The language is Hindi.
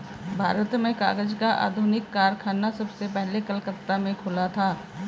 भारत में कागज का आधुनिक कारखाना सबसे पहले कलकत्ता में खुला था